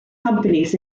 companies